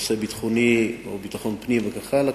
נושא ביטחוני או של ביטחון פנים וכך הלאה,